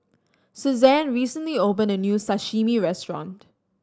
Susanne recently opened a new Sashimi Restaurant